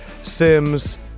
Sims